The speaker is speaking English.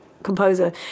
Composer